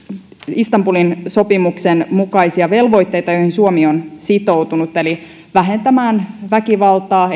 istanbulin sopimuksen mukaisia velvoitteita joihin suomi on sitoutunut eli vähentää väkivaltaa